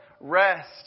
rest